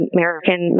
American